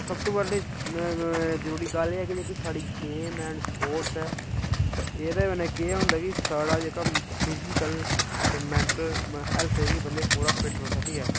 सब तो पैह्लें जरूरी गल्ल एह् ऐ कि जेह्की साढ़ी गेम एंड स्पोर्ट्स ऐ ते एह्दे कन्नै केह् होंदा कि साढ़ा जेह्का फिजिकल ते मेंटल हेल्थ जेह्का बंदे दी बिल्कुल फिट रौहंदा ठीक ऐ